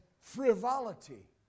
frivolity